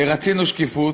רצינו שקיפות.